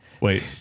Wait